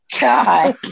God